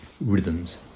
rhythms